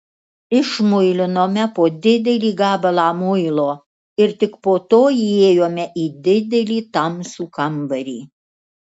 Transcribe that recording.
išmuilinome po didelį gabalą muilo ir tik po to įėjome į didelį tamsų kambarį